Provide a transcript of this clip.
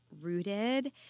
rooted